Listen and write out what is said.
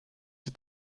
die